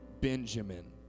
Benjamin